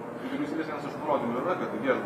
ir vyriausybės vienas iš nurodymų yra kad tai vėl